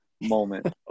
moment